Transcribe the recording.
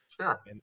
sure